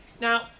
now